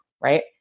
right